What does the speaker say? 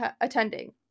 attending